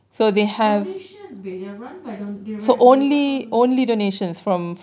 donations they are run they run on donations